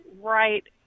right